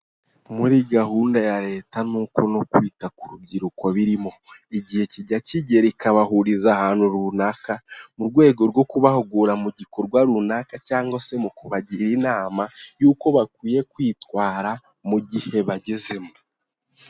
Muri gahunda ya Leta ni uko no kwita k'urubyiruko birimo; igihe kijya kigera ikabahuriza ahantu runaka mu rwego rwo kubahugura mu gikorwa runaka cyangwa se mu kubagira inama yuko bakwiye kwitwara mu gihe bagezemo.